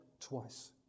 twice